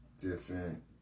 different